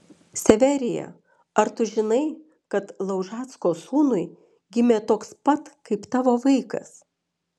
severija ar tu žinai kad laužacko sūnui gimė toks pat kaip tavo vaikas